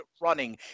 running